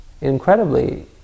incredibly